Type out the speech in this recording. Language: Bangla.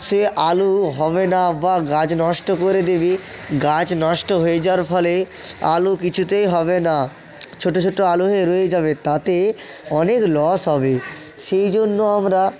সে আলু হবে না বা গাছ নষ্ট করে দেবে গাছ নষ্ট হয়ে যাওয়ার ফলে আলু কিছুতেই হবে না ছোট ছোট আলু হয়ে রয়ে যাবে তাতে অনেক লস হবে সেই জন্য আমরা